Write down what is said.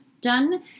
done